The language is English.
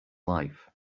life